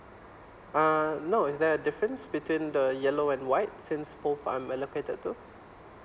uh no is there a difference between the yellow and white since both I'm allocated to